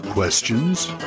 Questions